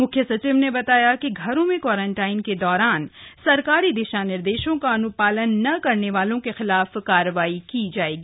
मुख्य सचिव ने बताया कि घरों में क्वारंटाइन के दौरान सरकारी दिशा निर्देशों का अनुपालन न करने वालों के खिलाफ कार्रवाई की जाएगी